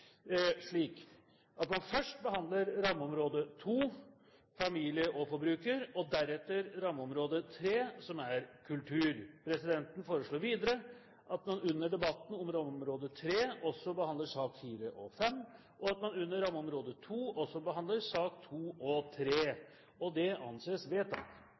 slik at man først behandler rammeområde 2, Familie og forbruker, og deretter rammeområde 3, Kultur. Presidenten foreslår videre at man under debatten om rammeområde 3 også behandler sakene nr. 4 og 5, og at man under rammeområde 2 også behandler sakene nr. 2 og 3. – Det anses vedtatt.